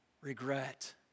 Regret